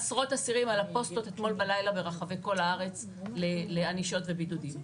עשרות אסירים על הפוסטות אתמול בלילה ברחבי כל הארץ לענישות ובידודים.